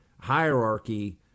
hierarchy